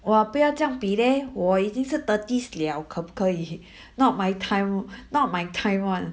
哇不要这样比 leh 我已经是 thirties 了可不可以 not my time not my time [one]